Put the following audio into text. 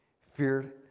feared